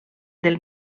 del